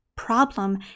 problem